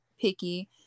picky